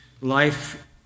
life